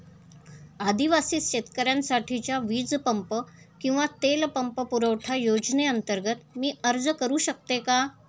आदिवासी शेतकऱ्यांसाठीच्या वीज पंप किंवा तेल पंप पुरवठा योजनेअंतर्गत मी अर्ज करू शकतो का?